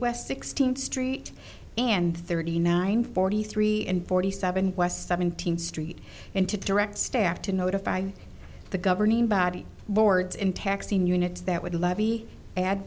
west sixteenth street and thirty nine forty three and forty seven west seventeenth street and to direct staff to notify the governing body boards in taxing units that would levy add